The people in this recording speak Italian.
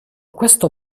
questo